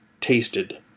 tasted